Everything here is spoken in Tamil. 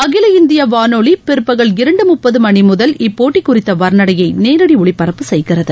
அகில இந்திய வானொலி பிற்பகல் இரண்டு முப்பது மணி முதல் இப்போட்டி குறித்த வர்ணனையை நேரடி ஒலிபரப்பு செய்கிறது